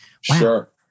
Sure